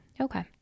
Okay